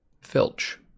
filch